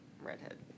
Redhead